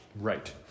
Right